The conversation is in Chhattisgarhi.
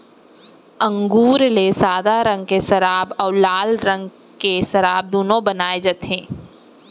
अंगुर ले सादा रंग के सराब अउ लाल रंग के सराब दुनो बनाए जाथे